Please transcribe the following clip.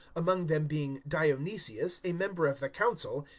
among them being dionysius a member of the council,